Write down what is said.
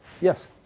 Yes